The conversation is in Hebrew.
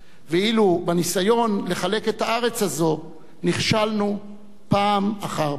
ואילו בניסיון לחלק את הארץ הזו נכשלנו פעם אחר פעם.